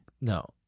No